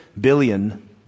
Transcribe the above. billion